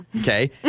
Okay